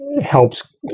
helps